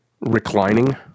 reclining